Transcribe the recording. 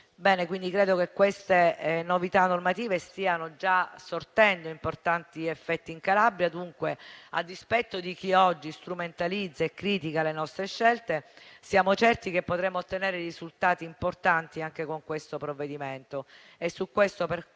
accreditati. Credo che queste novità normative stiano già sortendo importanti effetti in Calabria. A dispetto dunque di chi oggi strumentalizza e critica le nostre scelte, siamo certi che potremmo ottenere risultati importanti anche con questo provvedimento